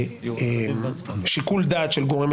וזו גם ההצעה של השר לוין,